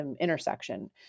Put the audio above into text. intersection